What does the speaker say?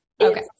Okay